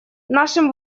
нашим